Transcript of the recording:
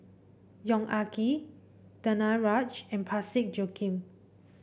Yong Ah Kee Danaraj and Parsick Joaquim